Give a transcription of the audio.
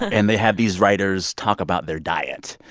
and they have these writers talk about their diet.